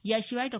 याशिवाय डॉ